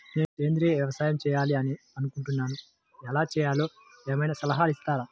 నేను సేంద్రియ వ్యవసాయం చేయాలి అని అనుకుంటున్నాను, ఎలా చేయాలో ఏమయినా సలహాలు ఇస్తారా?